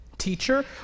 teacher